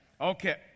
Okay